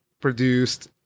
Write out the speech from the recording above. produced